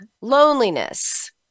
loneliness